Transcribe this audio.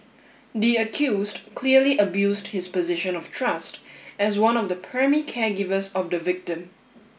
the accused clearly abused his position of trust as one of the primary caregivers of the victim